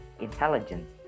intelligence